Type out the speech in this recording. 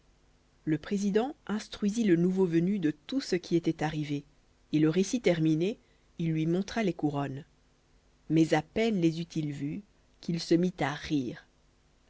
le président instruisit le nouveau venu de tout ce qui était arrivé et le récit terminé il lui montra les couronnes mais à peine les eut-il vues qu'il se mit à rire